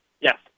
Yes